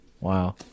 Wow